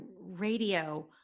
radio